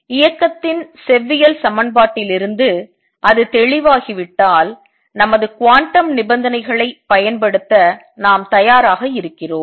எனவே இயக்கத்தின் செவ்வியல் சமன்பாட்டிலிருந்து அது தெளிவாகிவிட்டால் நமது குவாண்டம் நிபந்தனைகளை பயன்படுத்த நாம் தயாராக இருக்கிறோம்